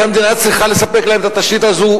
והמדינה צריכה לספק להם את התשתית הזו,